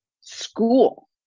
school